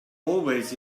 always